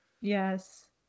Yes